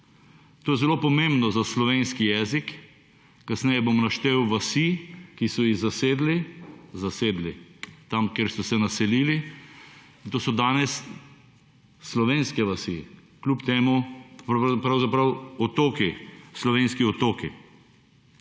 To je zelo pomembno za slovenski jezik, kasneje bom naštel vasi, ki so jih zasedli, zasedli tam, kjer so se naselili, to so danes slovenske vasi kljub temu pravzaprav otoki, slovenski otoki.